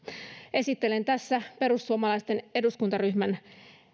esittelen tässä perussuomalaisten eduskuntaryhmän